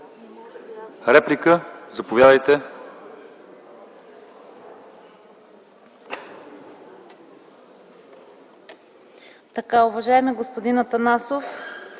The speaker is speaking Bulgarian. дуплика – заповядайте.